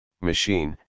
machine